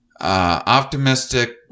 optimistic